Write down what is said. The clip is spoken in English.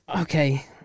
Okay